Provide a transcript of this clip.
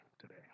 today